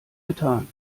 getan